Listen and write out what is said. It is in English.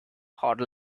had